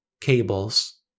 cables